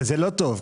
וזה לא טוב.